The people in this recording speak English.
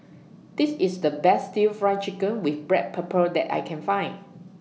This IS The Best Stir Fried Chicken with Black Pepper that I Can Find